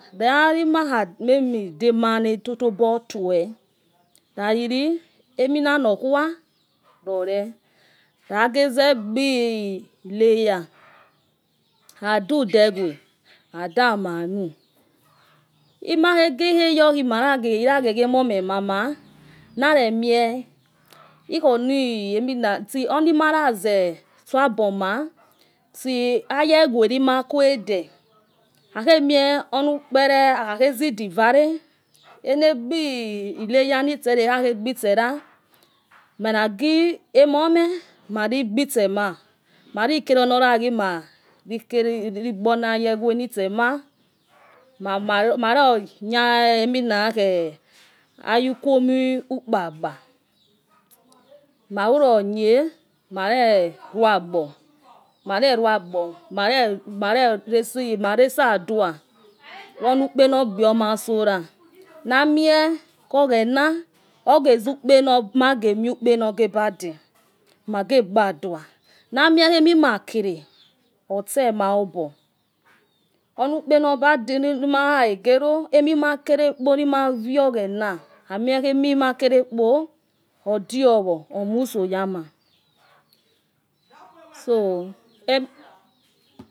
Rarimakhamemi demanetobor tuuo rariri eminanokuwa rore rageze gbi layer adudewe adamanu ima khegeyor iragegi emomemania nare mie ikhoni emina sti oni maraze stuo abo mar sti ayewerimakuw de akhemie onukpere makhadezidi vare enegbi layer nisera ekha khegbi sera meragi emome mari gbi stema marikere onoraghi mari keve rigbonayewe nitsema mama mama ronye ayie minakhe ayi ukwo mi ikpaba maruronye marerugbo marerugbo mareresi maresi adua woniukpe nogbio mausora namie oghena oge zukpe nor magemiu ukpe nogebade magebadua namie khemimakere otse maobo onukpenobade nimarakhege ro emimakerekpo nimahor oghena amie khemimakerekpo odiowo omuso yama so,